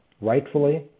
rightfully